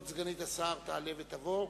כבוד סגנית השר תעלה ותבוא,